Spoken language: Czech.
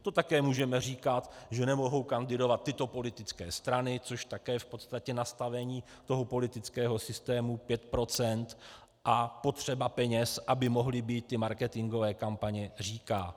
To také můžeme říkat, že nemohou kandidovat tyto politické strany, což také v podstatě to nastavení politického systému 5 % a potřeba peněz, aby mohly být marketingové kampaně, říká.